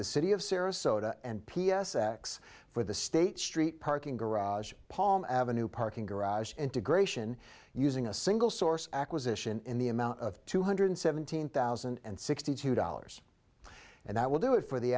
the city of sarasota and p s x for the state street parking garage paul avenue parking garage integration using a single source acquisition in the amount of two hundred seventeen thousand and sixty two dollars and that will do it for the